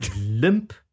limp